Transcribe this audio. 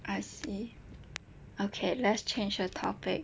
I see okay let's change the topic